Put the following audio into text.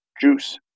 juice